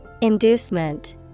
Inducement